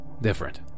different